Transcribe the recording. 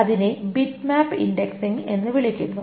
അതിനെ bitmap indexing എന്ന് വിളിക്കുന്നു